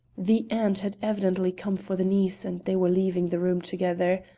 the aunt had evidently come for the niece and they were leaving the room together.